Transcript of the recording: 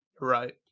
right